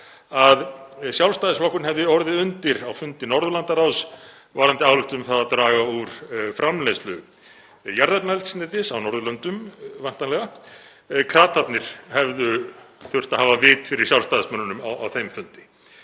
að Sjálfstæðisflokkurinn hefði orðið undir á fundi Norðurlandaráðs varðandi ályktun um að draga úr framleiðslu jarðefnaeldsneytis á Norðurlöndum, væntanlega. Kratarnir hefðu þurft að hafa vit fyrir Sjálfstæðismönnunum á þeim fundi.